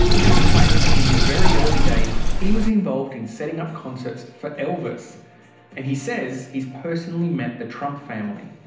jack claims in his very early days he was involved in setting up concerts for elvis and he says he's personally met the trump family.